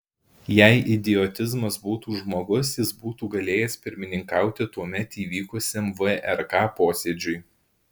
jei idiotizmas būtų žmogus jis būtų galėjęs pirmininkauti tuomet įvykusiam vrk posėdžiui